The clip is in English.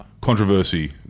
controversy